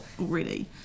already